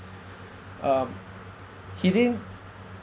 um he didn't